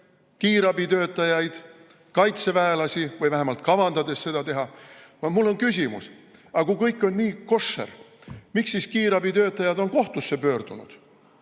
kiirabitöötajaid, kaitseväelasi, või vähemalt kavandades seda teha. Aga mul on küsimus: kui kõik on nii koššer, miks siis kiirabitöötajad on kohtusse pöördunud?